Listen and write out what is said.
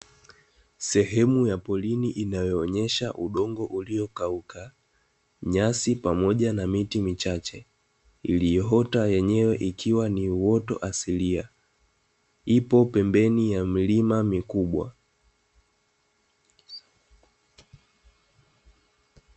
Sehemu ya porini inayoonyesha udongo uliokauka, nyasi pamoja na miti michache iliyoota yenyewe ikiwa ni uoto asilia; ipo pembeni ya milima mikubwa.